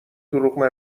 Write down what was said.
دروغ